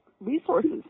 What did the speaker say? resources